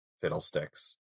fiddlesticks